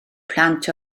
plant